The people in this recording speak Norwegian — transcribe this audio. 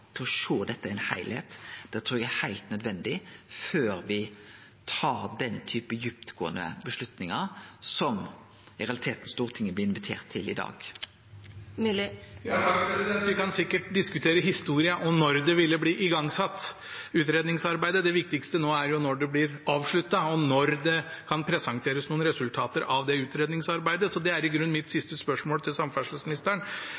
sjå dette i ein heilskap, det trur eg er heilt nødvendig, før me tar den typen djuptgåande avgjerder som Stortinget i realiteten blir invitert til i dag. Vi kan sikkert diskutere historien om når utredningsarbeidet ble igangsatt. Det viktigste nå er jo når det blir avsluttet, og når det kan presenteres noen resultater av det. Så det er i grunnen mitt